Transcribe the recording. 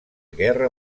guerra